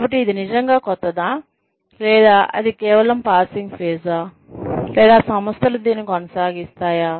కాబట్టి ఇది నిజంగా క్రొత్తదా లేదా అది కేవలం పాసింగ్ ఫేజా లేదా సంస్థలు దీన్ని కొనసాగిస్తాయా